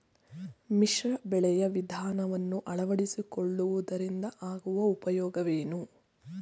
ಮಿಶ್ರ ಬೆಳೆಯ ವಿಧಾನವನ್ನು ಆಳವಡಿಸಿಕೊಳ್ಳುವುದರಿಂದ ಆಗುವ ಉಪಯೋಗವೇನು?